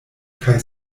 kaj